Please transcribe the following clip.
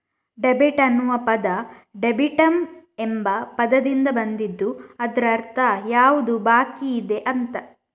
debit ಅನ್ನುವ ಪದ ಡೆಬಿಟಮ್ ಎಂಬ ಪದದಿಂದ ಬಂದಿದ್ದು ಇದ್ರ ಅರ್ಥ ಯಾವುದು ಬಾಕಿಯಿದೆ ಅಂತ